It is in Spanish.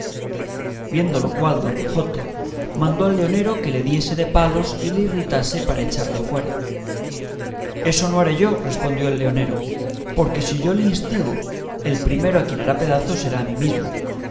viendo lo cual don quijote mandó al leonero que le diese de palos y le irritase para echarle fuera eso no haré yo respondió el leonero porque si yo le instigo el primero a quien hará pedazos será a mí mismo